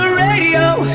radio